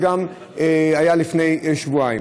זה היה גם לפני שבועיים.